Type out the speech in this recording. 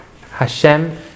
Hashem